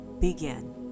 begin